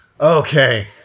Okay